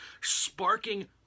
sparking